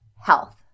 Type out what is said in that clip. health